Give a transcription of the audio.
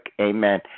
amen